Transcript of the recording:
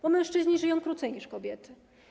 Bo mężczyźni żyją krócej niż kobiety.